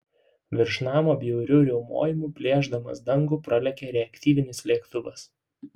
virš namo bjauriu riaumojimu plėšdamas dangų pralėkė reaktyvinis lėktuvas